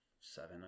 seven